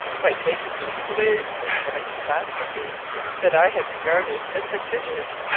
by taking me to the very scene of a catastrophe that i had regarded as fictitious,